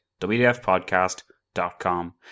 wdfpodcast.com